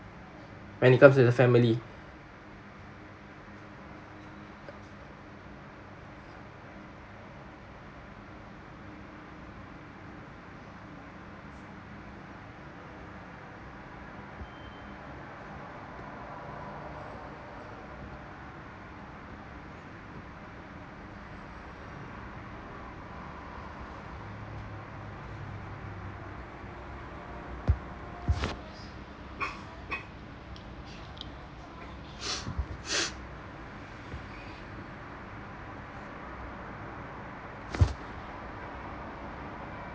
when it comes to the family